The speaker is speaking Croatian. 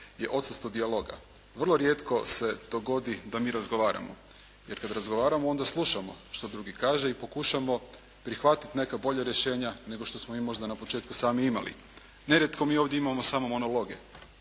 je odsustvo dijaloga. Vrlo rijetko se dogodi da mi razgovaramo, jer kada razgovaramo onda slušamo što kaže i pokušamo prihvatiti neka bolja rješenja nego što smo mi možda na početku sami imali. Nerijetko mi ovdje imamo samo monologe,